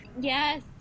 Yes